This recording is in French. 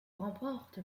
remporte